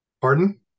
Pardon